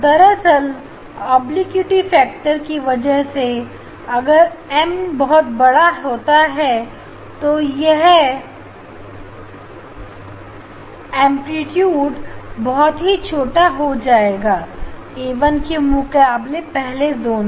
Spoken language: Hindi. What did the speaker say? दर्शन ऑब्लिक्विटी फैक्टर की वजह से अगर एम बहुत बड़ा है तो यह है एंप्लीट्यूड बहुत ही छोटा हो जाएगा A 1 के मुकाबले पहले जोन में